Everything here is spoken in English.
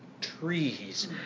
trees